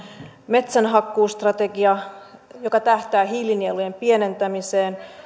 metsänhakkuustrategia joka tähtää hiilinielujen pienentämiseen